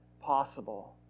possible